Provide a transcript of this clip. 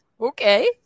Okay